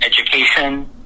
education